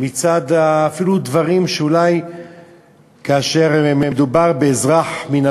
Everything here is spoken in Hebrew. אפילו בדברים שאולי כאשר מדובר באזרח מן